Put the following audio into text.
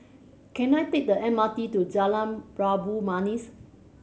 can I take the M R T to Jalan Labu Manis